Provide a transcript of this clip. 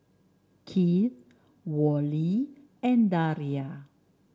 Kieth Worley and Daria